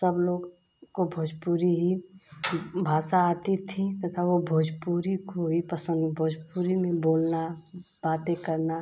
सब लोग को भोजपुरी ही भाषा आती थी तथा वो भोजपुरी को ही पसंद भोजपुरी में बोलना बातें करना